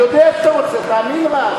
אני יודע שאתה רוצה, רק תאמין.